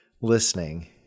listening